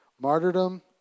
martyrdom